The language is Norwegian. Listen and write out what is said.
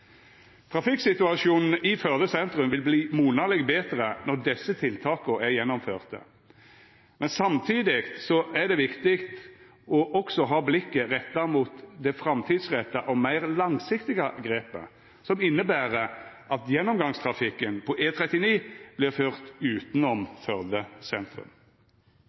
Trafikksituasjonen i Førde sentrum vil verta monaleg betre når desse tiltaka er gjennomførte, men samtidig er det viktig også å ha blikket retta mot det framtidsretta og meir langsiktige grepet, som inneber at gjennomgangstrafikken på E39 vert ført utanom Førde sentrum.